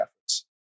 efforts